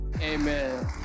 Amen